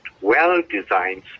well-designed